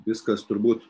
viskas turbūt